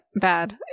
bad